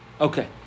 Okay